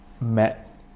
met